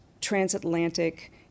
transatlantic